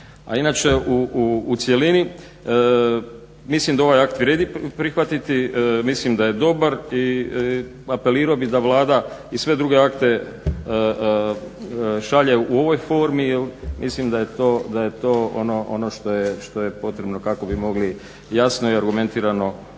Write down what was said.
inače u cjelini mislim da ovaj akt vrijedi prihvatiti, mislim da je dobar i apelirao bih da Vlada i sve druge akte šalje u ovoj formi jer mislim da je to ono što je potrebno kako bi mogli jasno i argumentirano i